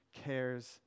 cares